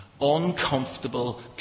uncomfortable